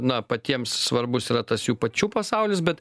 na patiems svarbus yra tas jų pačių pasaulis bet